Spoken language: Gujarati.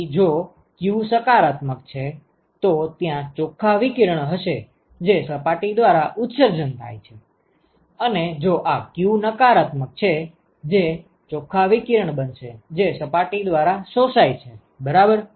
તેથી જો q સકારાત્મક છે તો ત્યાં ચોખ્ખા વિકિરણ હશે જે સપાટી દ્વારા ઉત્સર્જન થાય છે અને જો આ q નકારાત્મક છે જે ચોખ્ખા વિકિરણ બનશે જે સપાટી દ્વારા શોષાય છે બરાબર